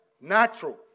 natural